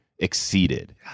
Exceeded